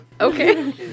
okay